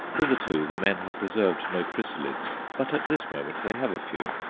hitherto the men have preserved no chrysalids, but at this moment they have a few,